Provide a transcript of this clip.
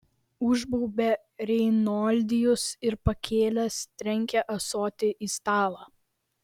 užbaubė reinoldijus ir pakėlęs trenkė ąsotį į stalą